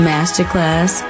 Masterclass